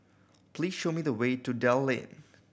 please show me the way to Dell Lane